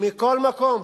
מכל מקום.